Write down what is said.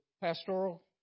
pastoral